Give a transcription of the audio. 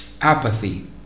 apathy